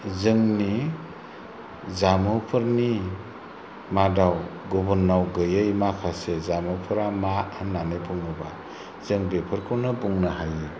जोंनि जामुंफोरनि मादाव गुबुनाव गैयै माखासे जामुफोरा मा होननानै बुङोबा जों बेफोरखौनो बुंनो हायो